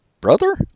brother